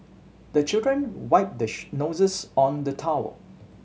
the children wipe the noses on the towel